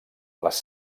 les